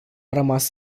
rămas